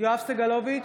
יואב סגלוביץ'